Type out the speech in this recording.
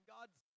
God's